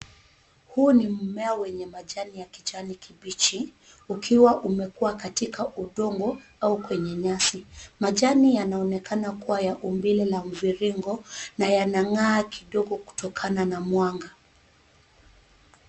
Huu ni mmea wenye majani ya kijani kibichi ukiwa umekua katika udongo au kwenye nyasi, majani yanaonekana kua ya umbile la mviringo na yanangaa kidogo kutokana na mwanga.